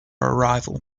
arrival